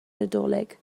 nadolig